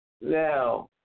Now